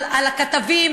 על הכתבים,